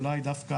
אולי דווקא,